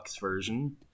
version